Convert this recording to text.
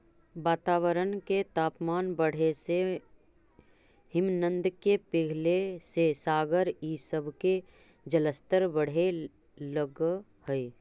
वातावरण के तापमान बढ़े से हिमनद के पिघले से सागर इ सब के जलस्तर बढ़े लगऽ हई